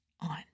on